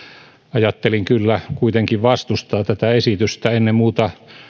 ajattelin kyllä kuitenkin vastustaa tätä esitystä ennen muuta